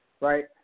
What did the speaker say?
Right